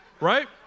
right